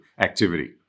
activity